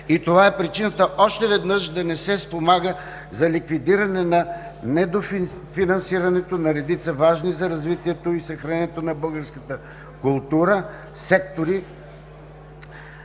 и това е причината още веднъж да не се спомага за ликвидиране на недофинансирането на редица важни за развитието и съхранението на българската култура сектори,